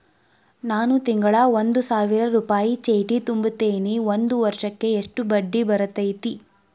ನಾನು ತಿಂಗಳಾ ಒಂದು ಸಾವಿರ ರೂಪಾಯಿ ಚೇಟಿ ತುಂಬತೇನಿ ಒಂದ್ ವರ್ಷಕ್ ಎಷ್ಟ ಬಡ್ಡಿ ಬರತೈತಿ?